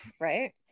right